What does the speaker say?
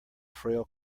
frail